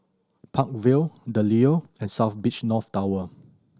Park Vale The Leo and South Beach North Tower